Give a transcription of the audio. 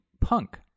Punk